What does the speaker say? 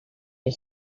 you